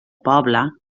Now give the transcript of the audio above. poble